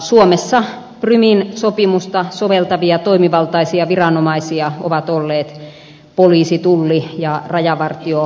suomessa prumin sopimusta soveltavia toimivaltaisia viranomaisia ovat olleet poliisi tulli ja rajavartioviranomaiset